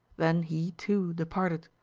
then he, too, departed,